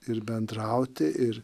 ir bendrauti ir